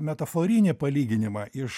metaforinį palyginimą iš